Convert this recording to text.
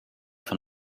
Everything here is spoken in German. von